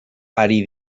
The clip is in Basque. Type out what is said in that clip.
ari